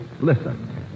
listen